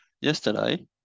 yesterday